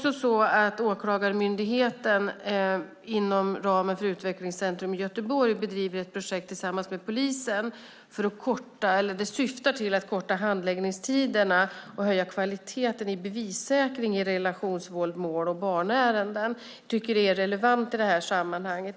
Åklagarmyndigheten bedriver inom ramen för Utvecklingscentrum i Göteborg ett projekt tillsammans med polisen i syfte att korta handläggningstiderna och höja kvaliteten i bevissäkring i relationsvåldsmål och barnärenden. Jag tycker att det är relevant i det här sammanhanget.